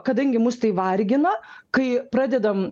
kadangi mus tai vargina kai pradedam